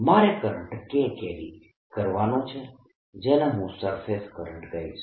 મારે current K carry કરવાનો છે જેને હું સરફેસ કરંટ કહીશ